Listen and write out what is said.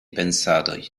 pensadoj